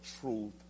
truth